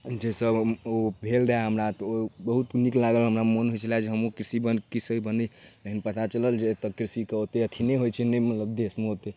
जाहिसँ हम ओ भेल रहै हमरा तऽ ओ बहुत नीक लागल रहै हमरा मोन होइ छलै जे हमहूँ कृषि बनी कृषक बनी लेकिन पता चलल जे एतऽ कृषिके ओतेक अथी नहि होइ छै निम्न देशमे ओतेक